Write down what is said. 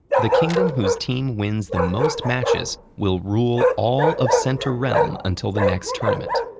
the kingdom whose team wins the most matches will rule all of center-realm until the next tournament.